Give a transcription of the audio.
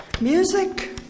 music